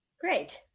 great